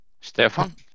Stefan